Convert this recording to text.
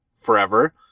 forever